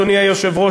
אדוני היושב-ראש,